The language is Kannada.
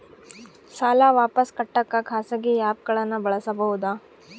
ಸಾಲ ವಾಪಸ್ ಕಟ್ಟಕ ಖಾಸಗಿ ಆ್ಯಪ್ ಗಳನ್ನ ಬಳಸಬಹದಾ?